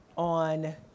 on